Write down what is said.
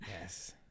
yes